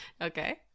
Okay